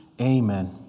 Amen